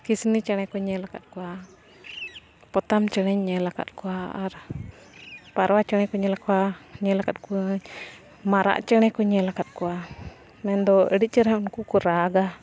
ᱠᱤᱥᱱᱤ ᱪᱮᱬᱮ ᱠᱚᱧ ᱧᱮᱞ ᱟᱠᱟᱫ ᱠᱚᱣᱟ ᱯᱚᱛᱟᱢ ᱪᱮᱬᱮᱧ ᱧᱮᱞ ᱟᱠᱟᱫ ᱠᱚᱣᱟ ᱟᱨ ᱯᱟᱨᱣᱟ ᱪᱮᱬᱮ ᱠᱚ ᱧᱮᱞ ᱠᱚᱣᱟ ᱧᱮᱞ ᱟᱠᱟᱫ ᱠᱚᱣᱟᱹᱧ ᱢᱟᱨᱟᱜ ᱪᱮᱬᱮ ᱠᱚ ᱧᱮᱞ ᱟᱠᱟᱫ ᱠᱚᱣᱟ ᱢᱮᱱᱫᱚ ᱟᱹᱰᱤ ᱪᱮᱦᱨᱟ ᱩᱱᱠᱩ ᱠᱚ ᱨᱟᱜᱟ